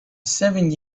seven